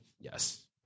Yes